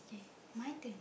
okay my turn